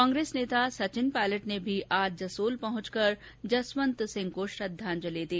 कांग्रेस नेता सचिन पायलट ने भी आज जसोल पहुंचकर जसवंतसिंह को श्रृद्वाजलि दी